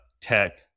tech